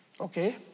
Okay